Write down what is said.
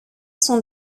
son